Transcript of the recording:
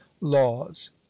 laws